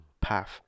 Path